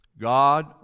God